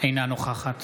אינה נוכחת